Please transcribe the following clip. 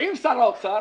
עם שר האוצר,